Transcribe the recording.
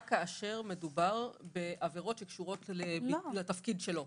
אנחנו יכולים לעשות את זה רק כאשר מדובר בעבירות שקשורות לתפקיד שלו.